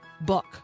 book